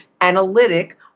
analytic